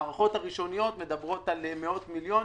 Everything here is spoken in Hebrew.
ההערכות הראשוניות מדברות על מאות מיליונים,